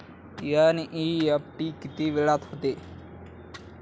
NEFT किती वेळात होते?